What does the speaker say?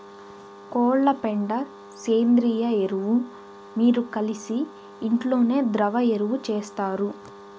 కోళ్ల పెండ సేంద్రియ ఎరువు మీరు కలిసి ఇంట్లోనే ద్రవ ఎరువు చేస్తారు